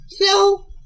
No